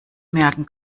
merken